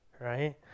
right